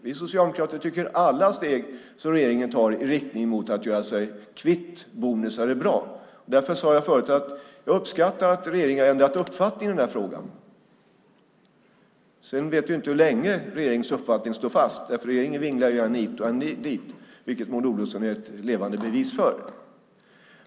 Vi socialdemokrater tycker att alla steg som regeringen tar i riktning mot att göra sig kvitt bonusar är bra. Därför sade jag förut att jag uppskattar att regeringen har ändrat uppfattning i den här frågan. Sedan vet vi inte hur länge regeringens uppfattning står fast. Regeringen vinglar än hit och än dit, vilket Maud Olofsson är ett levande bevis för.